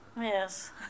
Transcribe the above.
Yes